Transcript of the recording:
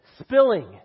spilling